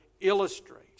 illustrates